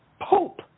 pope